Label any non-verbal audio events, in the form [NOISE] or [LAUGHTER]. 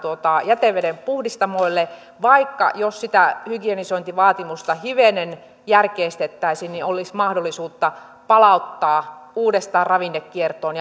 jätevedenpuhdistamoille vaikka jos sitä hygienisointivaatimusta hivenen järkeistettäisiin niin olisi mahdollisuutta palauttaa uudestaan ravinnekiertoon [UNINTELLIGIBLE]